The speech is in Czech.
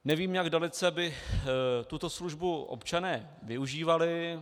Nevím, jak dalece by tuto službu občané využívali.